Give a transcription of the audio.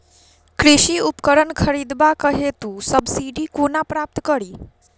कृषि उपकरण खरीदबाक हेतु सब्सिडी कोना प्राप्त कड़ी?